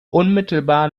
unmittelbar